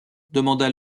demanda